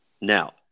Now